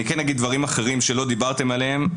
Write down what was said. אני אגיד דברים אחרים שלא דיברתם עליהם,